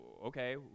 Okay